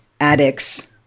addicts